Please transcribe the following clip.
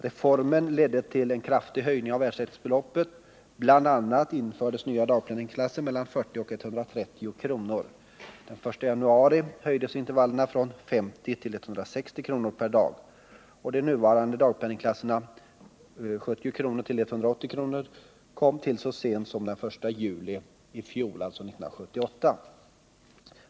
Reformen ledde till en kraftig höjning av ersättningsbeloppen; bl.a. infördes nya dagpenningklasser på mellan 40 och 130 kr. Den 1 januari 1977 höjdes intervallerna till 50 — 160 kr. per dag. De nuvarande dagpenningklasserna, 70-180 kr. per dag, kom till så sent som den 1 juli 1978.